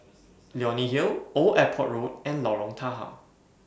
Leonie Hill Old Airport Road and Lorong Tahar